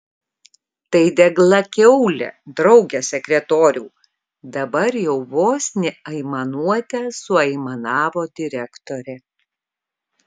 tai degla kiaulė drauge sekretoriau dabar jau vos ne aimanuote suaimanavo direktorė